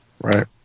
Right